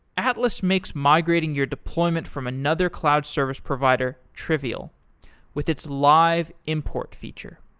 atlas makes migrating your deployment from another cloud service provider trivial with its live import feature